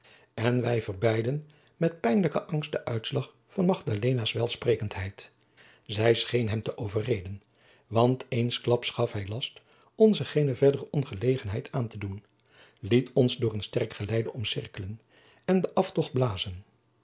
en wij verbeidden met pijnlijke angst den uitslag van magdalenaas welsprekendheid zij scheen hem te overreden want eensklaps gaf hij last ons geene verdere ongelegenheid aan te doen liet ons door een sterk geleide omcingelen en den aftocht blazen